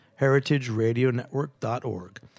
HeritageRadioNetwork.org